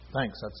Thanks